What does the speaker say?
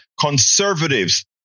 conservatives